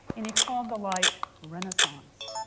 and he called the light renaissance.